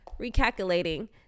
recalculating